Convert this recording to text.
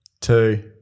two